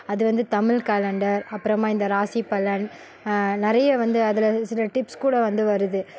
அது வந்து தமிழ் காலண்டர் அப்புறமா இந்த ராசி பலன் நிறைய வந்து அதில் சில டிப்ஸ் கூட வந்து வருது